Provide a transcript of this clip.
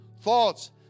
thoughts